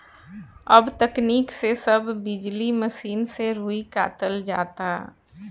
अब तकनीक से सब बिजली मसीन से रुई कातल जाता